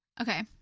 Okay